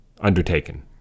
undertaken